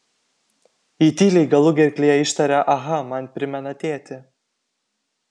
ji tyliai galugerklyje ištaria aha man primena tėtį